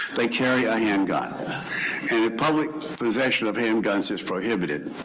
they carry a handgun. and public possession of handguns is prohibited.